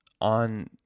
on